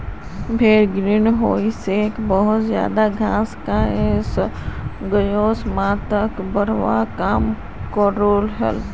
भेड़ ग्रीन होउसोत बहुत ज्यादा घास खाए गसेर मात्राक बढ़वार काम क्रोह